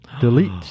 delete